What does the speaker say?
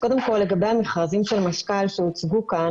קודם כל לגבי המכרזים של משכ"ל שהוצגו כאן,